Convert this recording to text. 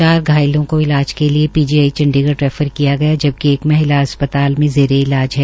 चार घायलों को को इलाज के लिये पीजीआई चंडीगढ़ रैफर किया गया जबिक एक महिला अस्पताल में जेरे इलाज है